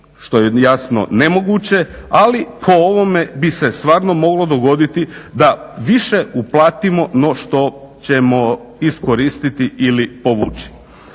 što je jasno nemoguće, ali po ovome bi se stvarno moglo dogoditi da više uplatimo no što ćemo iskoristiti ili povući.